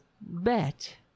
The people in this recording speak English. bet